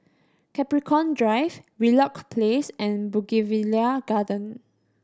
Capricorn Drive Wheelock Place and Bougainvillea Garden